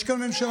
יש כאן ממשלה